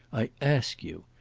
i ask you,